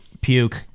Puke